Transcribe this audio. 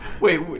Wait